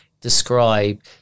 describe